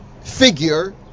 figure